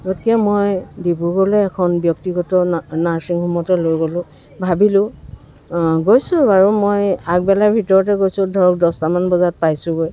গতিকে মই ডিব্ৰুগড়লৈ এখন ব্যক্তিগত না নাৰ্চিং হোমতে লৈ গ'লোঁ ভাবিলোঁ গৈছোঁ বাৰু মই আগবেলাৰ ভিতৰতে গৈছোঁ ধৰক দহটামান বজাত পাইছোঁগৈ